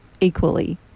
equally